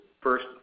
first